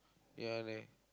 ya அண்ணண்:annan